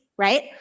right